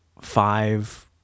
five